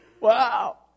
wow